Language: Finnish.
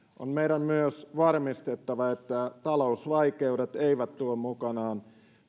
on meidän myös varmistettava että talousvaikeudet eivät tuo mukanaan